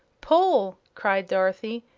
pull! cried dorothy,